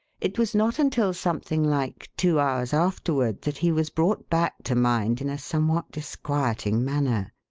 it was not until something like two hours afterward that he was brought back to mind in a somewhat disquieting manner.